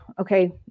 okay